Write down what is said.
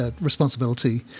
responsibility